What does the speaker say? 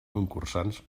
concursants